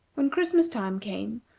when christmas-time came,